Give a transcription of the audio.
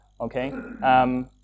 okay